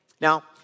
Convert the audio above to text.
Now